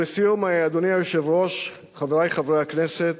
ולסיום, אדוני היושב-ראש, חברי חברי הכנסת,